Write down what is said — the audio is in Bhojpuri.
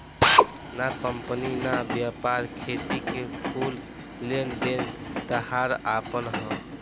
ना कंपनी ना व्यापार, खेती के कुल लेन देन ताहार आपन ह